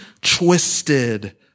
twisted